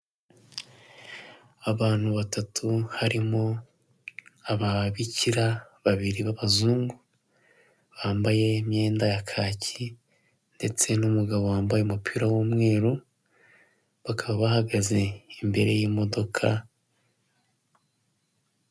Abantu batatu harimo ababikira babiri b'abazungu bambaye imyenda ya kaki, ndetse n'umugabo wambaye umupira w'umweru, bakaba bahagaze imbere y'imodoka.